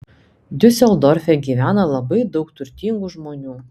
diuseldorfe gyvena labai daug turtingų žmonių